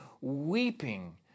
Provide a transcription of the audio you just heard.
weeping